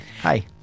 Hi